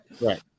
Right